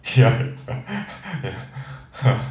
ya